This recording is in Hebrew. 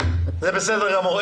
זה בסדר גמור.